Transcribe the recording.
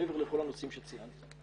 מעבר לכל הנושאים שציינתי.